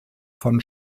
von